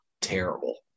terrible